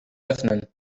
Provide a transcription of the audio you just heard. öffnen